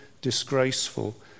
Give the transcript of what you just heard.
disgraceful